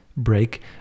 break